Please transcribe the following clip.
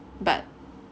but